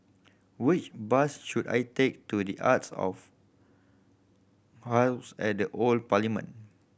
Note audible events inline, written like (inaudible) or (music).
which bus should I take to The Arts of (unintelligible) at the Old Parliament